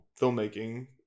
filmmaking